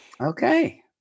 Okay